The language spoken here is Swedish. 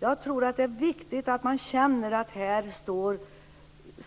Jag tror att det är viktigt att man känner att den